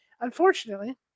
Unfortunately